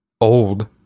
old